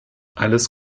alles